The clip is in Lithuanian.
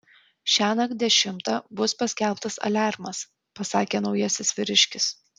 šiąnakt dešimtą bus paskelbtas aliarmas pasakė naujasis vyriškis